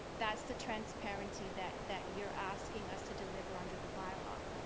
that is the transparency that that you are asking us to deliver under the by-law.